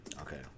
okay